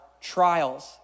trials